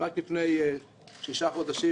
רק לפני שישה חודשים